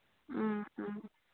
ꯎꯝ ꯎꯝ